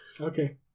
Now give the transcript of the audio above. Okay